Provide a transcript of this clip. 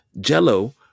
jello